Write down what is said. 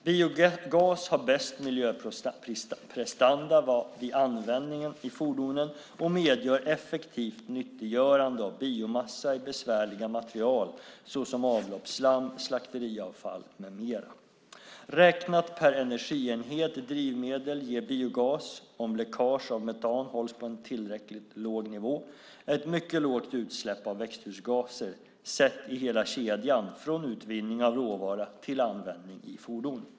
Biogas har bäst miljöprestanda vid användningen i fordonen och medger effektivt nyttiggörande av biomassa i besvärliga material såsom avloppsslam, slakteriavfall med mera. Räknat per energienhet drivmedel ger biogas, om läckage av metan hålls på en tillräckligt låg nivå, ett mycket lågt utsläpp av växthusgaser sett i hela kedjan från utvinning av råvara till användning i fordon.